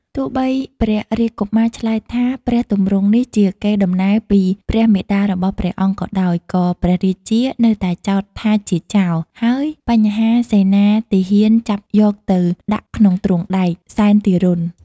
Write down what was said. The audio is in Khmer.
ទោះបីព្រះរាជកុមារឆ្លើយថាព្រះទម្រង់នេះជាកេរ្តិ៍ដំណែលពីព្រះមាតារបស់ព្រះអង្គក៏ដោយក៏ព្រះរាជា នៅតែចោទថាជាចោរ ហើយបញ្ហាសេនាទាហានចាប់យកទៅដាក់ក្នុងទ្រូងដែក សែនទារុណ ។